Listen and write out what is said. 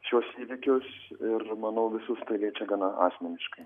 šiuos įvykius ir manau visus tai liečia gana asmeniškai